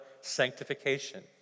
sanctification